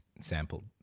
sampled